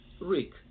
Rick